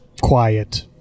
quiet